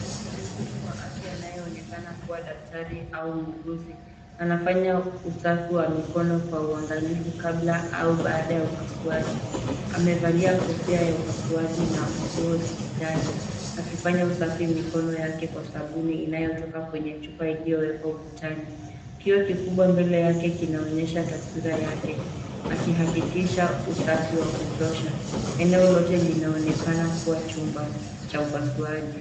Mhudumu wa afya anayeonekana kuwa daktari au muuguzi, anafanya usafi wa mikono kwa uangalifu kabla au baada ya upasuaji. Amevalia kofia ya upasuaji na nguo za kijani, akifanya usafi mikono yake kwa sabuni inayotoka kwenye chupa iliyowekwa ukutani. Kioo kikubwa mbele yake kinaonyesha taswira yake akihakikisha usafi wa kutosha. Eneo lote linaonekana kuwa chumba cha upasuaji.